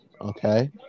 okay